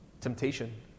temptation